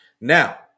Now